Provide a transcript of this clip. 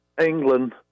England